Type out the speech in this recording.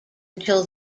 until